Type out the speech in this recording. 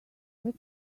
let